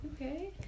Okay